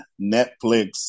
Netflix